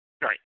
Right